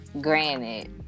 Granted